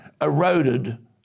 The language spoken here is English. eroded